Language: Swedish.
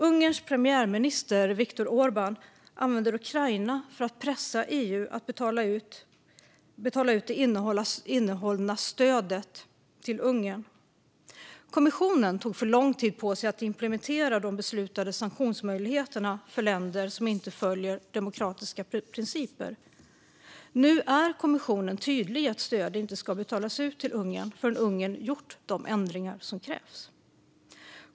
Ungerns premiärminister Viktor Orbán använder Ukraina för att pressa EU att betala ut det innehållna stödet till Ungern. Kommissionen tog för lång tid på sig att implementera de beslutade sanktionsmöjligheterna för länder som inte följer demokratiska principer. Nu är kommissionen tydlig med att stöd inte ska betalas ut till Ungern förrän Ungern gjort de ändringar som krävs.